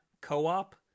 co-op